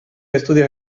estudios